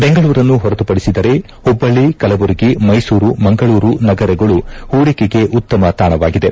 ಬೆಂಗಳೂರನ್ನು ಹೊರತುಪಡಿಸಿದರೆ ಹುಬ್ಬಳ್ಳಿ ಕಲಬುರಗಿ ಮೈಸೂರು ಮಂಗಳೂರು ನಗರಗಳು ಹೂಡಿಕೆಗೆ ಉತ್ತಮ ತಾಣವಾಗಿದೆ